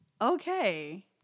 okay